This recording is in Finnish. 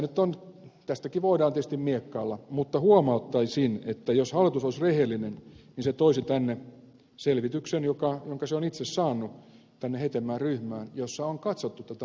tästäkin voidaan tietysti miekkailla mutta huomauttaisin että jos hallitus olisi rehellinen niin se toisi tänne selvityksen jonka se on itse saanut hetemäen ryhmästä jossa on katsottu tätä arvonlisäveropäätöksen vaikutusta